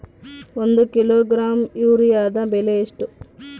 ಒಂದು ಕಿಲೋಗ್ರಾಂ ಯೂರಿಯಾದ ಬೆಲೆ ಎಷ್ಟು?